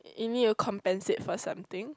you need to compensate for something